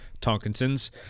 Tonkinson's